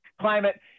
climate